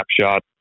snapshot